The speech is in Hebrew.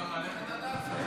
אז אפשר ללכת עד אז?